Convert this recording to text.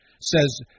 says